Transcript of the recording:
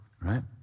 right